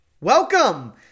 Welcome